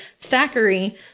Thackeray